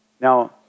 Now